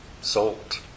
Salt